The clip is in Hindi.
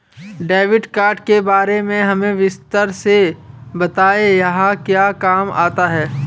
डेबिट कार्ड के बारे में हमें विस्तार से बताएं यह क्या काम आता है?